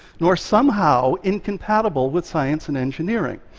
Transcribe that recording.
nor somehow incompatible with science and engineering.